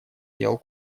дел